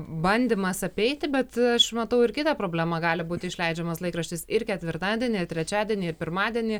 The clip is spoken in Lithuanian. bandymas apeiti bet aš matau ir kitą problemą gali būti išleidžiamas laikraštis ir ketvirtadienį ir trečiadienį ir pirmadienį